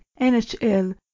NHL